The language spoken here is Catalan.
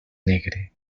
negre